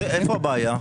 אז איפה הבעיה?